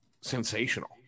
sensational